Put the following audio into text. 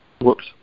Whoops